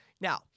Now